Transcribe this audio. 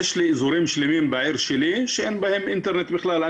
יש לי אזורים שלמים בעיר שלי שאין בהם אינטרנט בכלל,